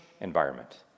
environment